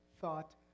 thought